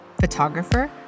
photographer